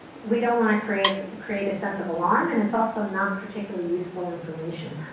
we don't wanna create create a sense of alarm and it's also not particularly useful information.